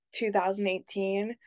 2018